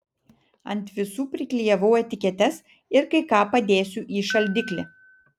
ant visų priklijavau etiketes ir kai ką padėsiu į šaldiklį